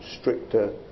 stricter